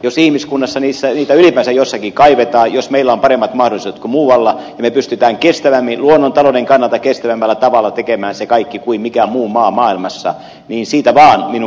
jos ihmiskunnassa niitä ylipäänsä jossakin kaivetaan jos meillä on paremmat mahdollisuudet kuin muualla ja me pystymme luonnon talouden kannalta kestävämmällä tavalla tekemään sen kaiken kuin mikään muu maa maailmassa niin siitä vaan minun mielestäni